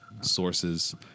sources